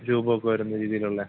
രൂപമൊക്കെ വരുന്ന രീതിയിലുള്ള